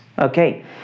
Okay